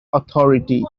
authority